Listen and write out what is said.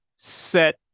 set